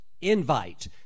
invite